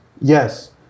Yes